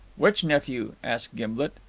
which nephew? asked gimblet.